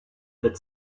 that